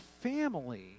family